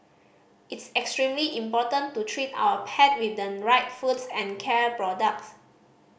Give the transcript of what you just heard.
it's extremely important to treat our pet with the right foods and care products